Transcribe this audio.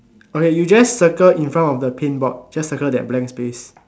okay you just circle in front of the paint board just circle the blank space